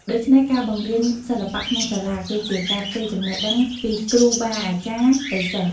ដូច្នេះ ការបង្រៀនសិល្បៈក្នុងសាលា គឺជាការផ្ទេរចំណេះដឹងពីគ្រូបាអាចារ្យទៅសិស្ស។